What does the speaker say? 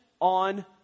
on